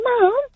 Mom